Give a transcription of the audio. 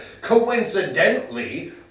coincidentally